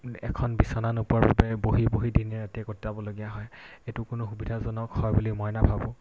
এখন বিচনা নোপোৱাৰ বাবে বহি বহি দিনে ৰাতিয়ে কটাবলগীয়া হয় এইটো কোনো সুবিধাজনক হয় বুলি মই নাভাবোঁ